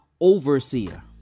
overseer